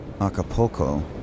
Acapulco